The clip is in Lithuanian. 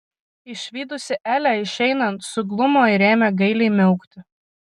išvydusi elę išeinant suglumo ir ėmė gailiai miaukti